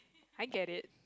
I get it